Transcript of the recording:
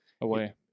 away